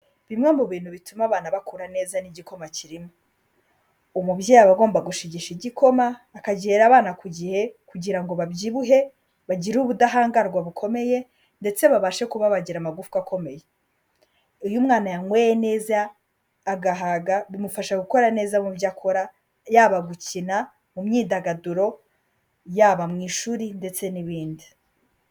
Bimwe mu bintu bituma abantu bakura neza n'igikoma kirimo umubyeyi aba agomba gushigisha igikoma akagihera abana ku gihe kugira ngo babyibuhe bagire ubudahangarwa bukomeye ndetse babashe kuba bagira amagufwa akomeye iyo umwana yanyweye neza agahaga bimufasha gukora neza mu byo akora yaba gukina mu myidagaduro yaba mu ishuri ndetse n'ibindi.